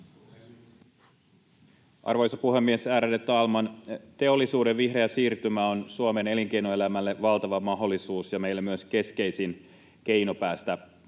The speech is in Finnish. Arvoisa puhemies, ärade talman! Teollisuuden vihreä siirtymä on Suomen elinkeinoelämälle valtava mahdollisuus ja meillä myös keskeisin keino päästä